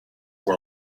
for